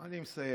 אני מסיים.